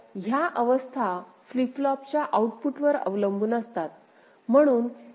तर ह्या अवस्था फ्लिप फ्लॉपच्या आउटपुटवर अवलंबून असतात